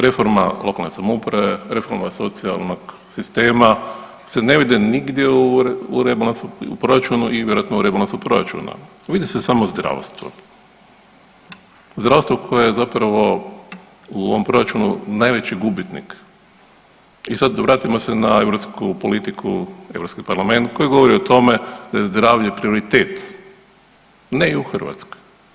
Reforma lokalne samouprave, reforma socijalnog sistema se ne vide nigdje u rebalansu, u proračunu i vjerojatno u rebalansu proračunu, vidi se samo zdravstvo, zdravstvo koje je zapravo u ovom proračunu najveći gubitnik i sad vratimo se na europsku politiku, Europski parlament koji govori o tome da je zdravlje prioritet, ne i u Hrvatskoj.